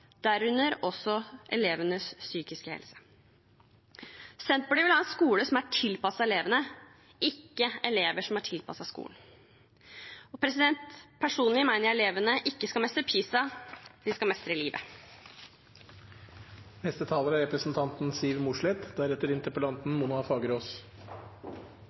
derunder også elevenes psykiske helse. Senterpartiet vil ha en skole som er tilpasset elevene – ikke elever som er tilpasset skolen. Personlig mener jeg elevene ikke skal mestre PISA – de skal mestre